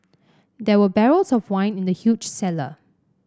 there were barrels of wine in the huge cellar